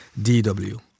DW